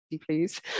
please